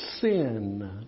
sin